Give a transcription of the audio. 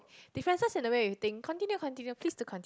differences in the way we think continue continue please do conti~